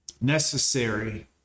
necessary